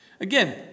Again